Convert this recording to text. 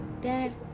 dad